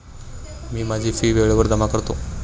मी माझी फी वेळेवर जमा करतो